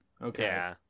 Okay